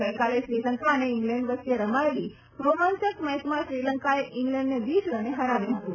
ગઈકાલે શ્રીલંકા અને ઈગ્લેન્ડ વચ્ચે રમાયેલી રોમાંચક મેચમાં શ્રીલંકાએ ઈગ્લેન્ડને વીસ રને હરાવ્યું હતું